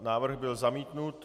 Návrh byl zamítnut.